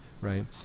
right